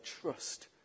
trust